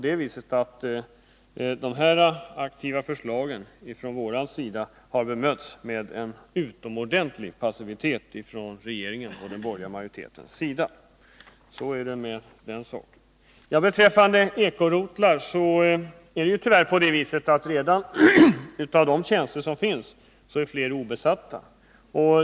Dessa aktiva förslag från vår sida har bemötts med utomordentlig passivitet från regeringens och den borgerliga riksdagsmajoritetens sida. Så är det med den saken. Beträffande eko-rotlarna är det tyvärr så att av de tjänster som redan finns på dessa rotlar är flera obesatta.